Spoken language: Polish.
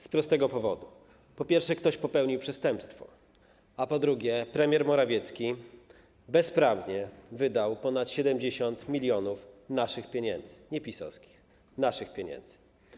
Z prostego powodu: po pierwsze, ktoś popełnił przestępstwo, a po drugie, premier Morawiecki bezprawnie wydał ponad 70 mln naszych pieniędzy - nie PiS-owskich, naszych pieniędzy.